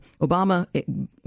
Obama